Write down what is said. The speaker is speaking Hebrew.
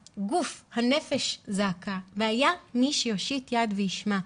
הנפש זעקה והיה מי שיושיט יד וישמע.